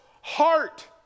heart